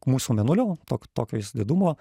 mūsų mėnulio tok tokio jis didumo